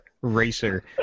racer